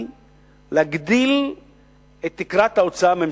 היא להגדיל את תקרת ההוצאה הממשלתית.